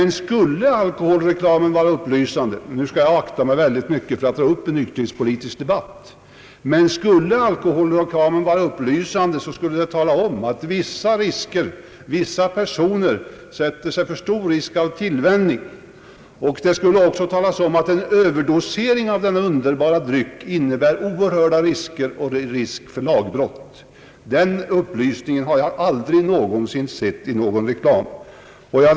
Nu skall jag akta mig noga för att ta upp en nykterhetspolitisk debatt, men jag anser mig ändå kunna hävda den meningen att om alkoholreklamen vore upplysande så skulle den tala om att alkoholbruket för vissa personer innebär stor risk för tillvänjning och att överdosering av dessa underbara drycker kan medföra oerhörda risker för lagbrott och sociala skador. Upplysningar av det slaget har jag aldrig någonsin sett i reklamen.